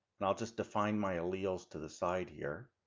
and i'll just define my alleles to the side here.